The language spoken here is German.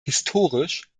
historisch